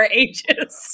ages